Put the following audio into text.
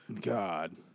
God